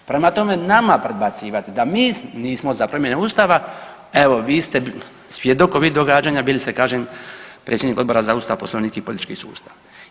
Prema tome, nama predbacivati da mi nismo za promjene Ustava, evo vi ste svjedok ovih događanja, bili ste, kažem, predsjednik Odbora za Ustav, Poslovnik i politički sustav.